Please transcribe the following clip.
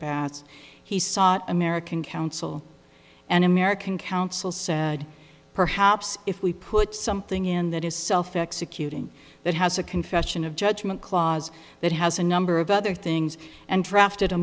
sought american counsel an american council said perhaps if we put something in that is self executing that has a confession of judgment clause that has a number of other things and drafted a